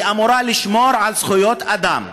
היא אמורה לשמור על זכויות אדם,